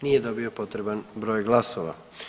Nije dobio potreban broj glasova.